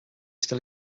still